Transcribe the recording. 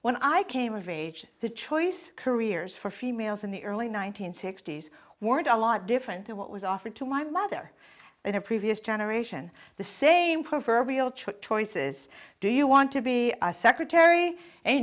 when i came of age the choice careers for females in the early one nine hundred sixty s weren't a lot different than what was offered to my mother in a previous generation the same proverbial choices do you want to be a secretary a